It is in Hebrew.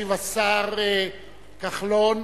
ישיב השר כחלון,